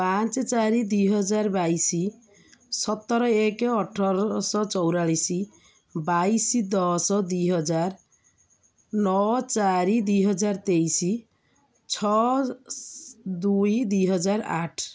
ପାଞ୍ଚ ଚାରି ଦୁଇ ହଜାର ବାଇଶି ସତର ଏକ ଅଠର ଶହ ଚଉରାଳିଶି ବାଇଶି ଦଶ ଦୁଇ ହଜାର ନଅ ଚାରି ଦୁଇ ହଜାର ତେଇଶି ଛଅ ସ୍ ଦୁଇ ଦୁଇ ହଜାର ଆଠ